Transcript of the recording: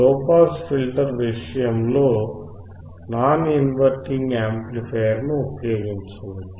low pass filter విషయంలో non inverting యాంప్లిఫయర్ను ఉపయోగించవచ్చు